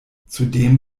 zudem